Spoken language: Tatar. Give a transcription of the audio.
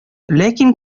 ләкин